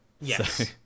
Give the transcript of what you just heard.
yes